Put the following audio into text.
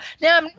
Now